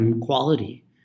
Quality